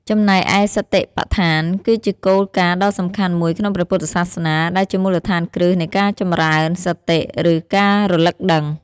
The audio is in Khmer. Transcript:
ចំណែកឯសតិប្បដ្ឋាន គឺជាគោលការណ៍ដ៏សំខាន់មួយក្នុងព្រះពុទ្ធសាសនា ដែលជាមូលដ្ឋានគ្រឹះនៃការចម្រើន សតិ ឬ ការរលឹកដឹង។